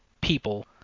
people